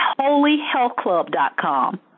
HolyHealthClub.com